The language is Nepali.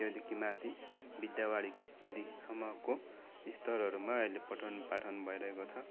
त्यहाँदेखि माथि विद्यावारिधिसम्मको स्तरहरूमा अहिले पठन पाठन भइरहेको छ